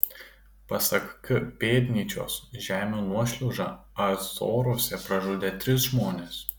pasak k pėdnyčios žemių nuošliauža azoruose pražudė tris žmones